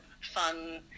Fun